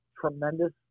tremendous